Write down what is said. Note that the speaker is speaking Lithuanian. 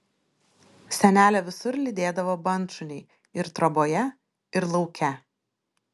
senelę visur lydėdavo bandšuniai ir troboje ir lauke